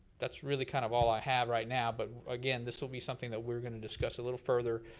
that's really kind of all i have right now, but, again, this will be something that we're gonna discuss a little further,